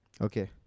okay